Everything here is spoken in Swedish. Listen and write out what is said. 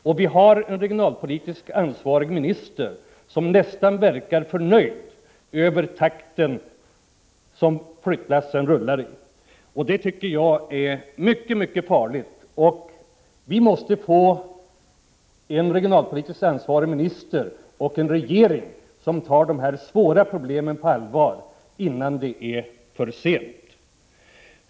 Vi har i detta läge en regionalpolitiskt ansvarig minister som nästan verkar förnöjd över den takt i vilken flyttlassen rullar. Det tycker jag är mycket farligt. Vi måste få en regionalpolitiskt ansvarig minister och en regering som tar dessa svåra problem på allvar innan det är för sent.